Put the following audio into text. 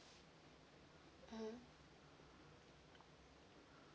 mm